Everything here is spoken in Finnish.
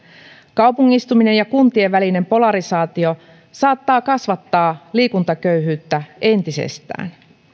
kaupungistuminen ja kuntien välinen polarisaatio saattaa kasvattaa liikuntaköyhyyttä entisestään